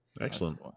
Excellent